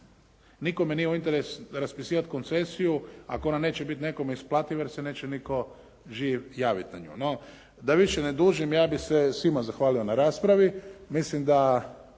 Nikome nije u interesu raspisivati koncesiju ako ona neće biti nekome isplativa, jer se neće nitko živ javiti na nju. No, da više ne dužim. Ja bih se svima zahvalio na raspravi. Mislim da